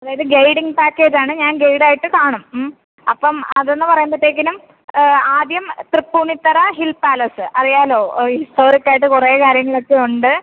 അതായത് guiding package ആണ് ഞാൻ ഗൈഡ് ആയിട്ട് കാണും അപ്പം അത് എന്ന് പറയുമ്പോഴത്തേക്കിനും ആദ്യം തൃപ്പൂണിത്തറ ഹിൽ പാലസ് അറിയാമല്ലോ ഹിസ്റ്റോറിക് ആയിട്ട് കുറെ കാര്യങ്ങളൊക്കെ ഉണ്ട്